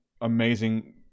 Amazing